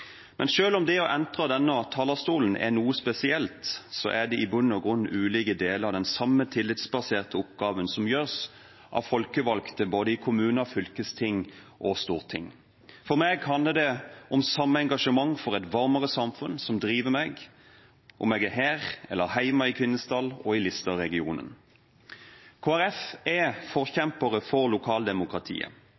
Men selv om det å entre denne talerstolen er noe spesielt, er det i bunn og grunn ulike deler av den samme tillitsbaserte oppgaven som gjøres av folkevalgte i både kommuner, fylkesting og storting. For meg handler det om at det er det samme engasjement for et varmere samfunn som driver meg, om jeg er her eller hjemme i Kvinesdal, i Listerregionen. Kristelig Folkeparti er